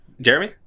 Jeremy